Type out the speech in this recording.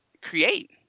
create